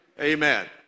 Amen